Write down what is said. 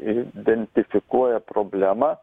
identifikuoja problemą